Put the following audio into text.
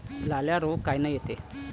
लाल्या रोग कायनं येते?